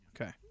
okay